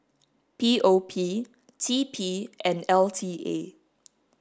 P O P T P and L T A